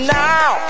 now